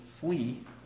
flee